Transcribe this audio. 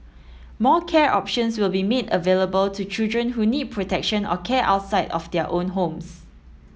more care options will be made available to children who need protection or care outside of their own homes